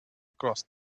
across